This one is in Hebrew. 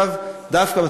דווקא עכשיו,